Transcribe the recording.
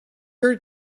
her